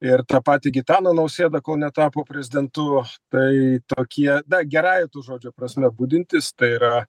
ir tą patį gitaną nausėdą kol netapo prezidentu tai tokie na gerąja to žodžio prasme budintys tai yra